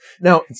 Now